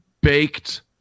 baked